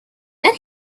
then